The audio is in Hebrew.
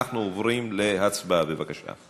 אנחנו עוברים להצבעה, בבקשה.